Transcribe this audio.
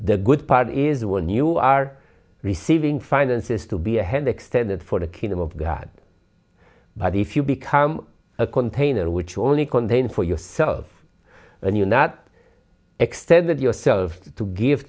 the good part is when you are receiving finances to be a hand extended for the kingdom of god but if you become a container which only contain for yourself and you not extended yourself to give